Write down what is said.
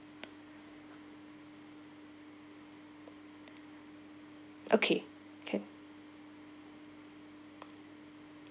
okay okay